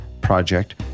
project